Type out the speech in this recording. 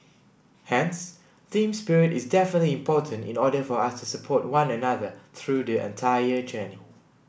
hence team spirit is definitely important in order for us to support one another through the entire journey